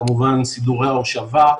כמובן סידורי ההושבה,